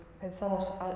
pensamos